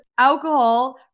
alcohol